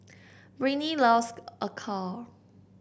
Britny loves acar